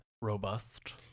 robust